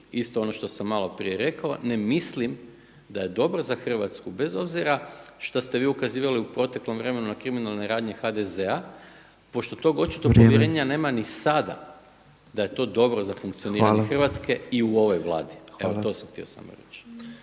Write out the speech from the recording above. isto ono što sam malo prije rekao, ne mislim da je dobro za Hrvatsku bez obzira što ste vi ukazivali u proteklom vremenu kriminalne radnje HDZ-a pošto tog očito povjerenja nema niti sada da je to dobro za funkcioniranje Hrvatske… /Upadica predsjednik: Vrijeme.